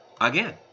again